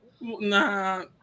Nah